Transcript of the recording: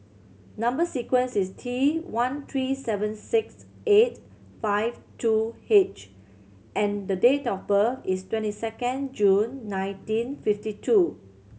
number sequence is T one three seven six eight five two H and the date of birth is twenty second June nineteen fifty two